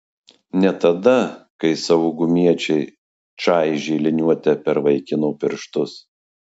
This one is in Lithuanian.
ne tada kai saugumiečiai čaižė liniuote per vaikino pirštus